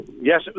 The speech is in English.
Yes